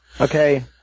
Okay